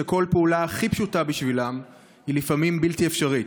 כל פעולה הכי פשוטה בשבילם היא לפעמים בלתי אפשרית.